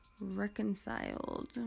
reconciled